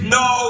no